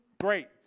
Great